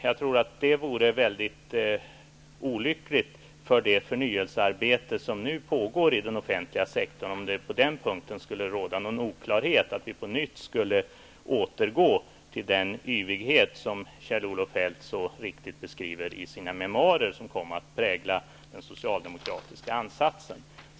Jag tror att det vore mycket olyckligt för det förnyelsearbete som nu pågår i den offentliga sektorn om det skulle råda någon oklarhet på den punkten, som att vi på nytt skulle återgå till den yvighet som Kjell-Olof Feldt så riktigt beskriver i sina memoarer, som kom att prägla den socialdemokratiska ansatsen.